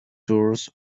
torus